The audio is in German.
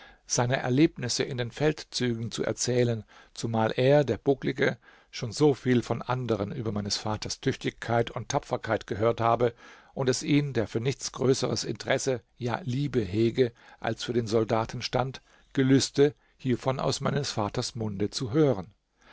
seiner erlebnisse in den feldzügen zu erzählen zumal er der bucklige schon soviel von anderen über meines vaters tüchtigkeit und tapferkeit gehört habe und es ihn der für nichts größeres interesse ja liebe hege als für den soldatenstand gelüste hievon aus meines vaters munde zu hören